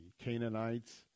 Canaanites